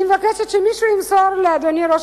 אני מבקשת שמישהו ימסור לאדוני ראש